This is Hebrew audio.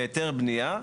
בהיתר בנייה,